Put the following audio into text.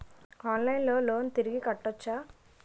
ఆన్లైన్లో లోన్ తిరిగి కట్టోచ్చా?